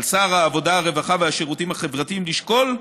על שר העבודה, הרווחה והשירותים החברתיים לשקול,